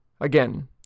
Again